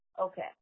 Okay